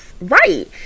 Right